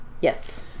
Yes